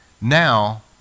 Now